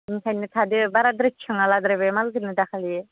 ओंखायनो थादो बाराद्राय थिखांना लाद्रायबाय मालखोनो दाखालि